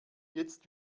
jetzt